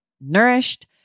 nourished